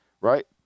right